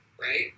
Right